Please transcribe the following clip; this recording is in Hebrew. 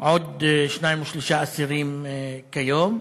עוד שניים או שלושה אסירים כיום.